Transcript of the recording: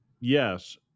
Yes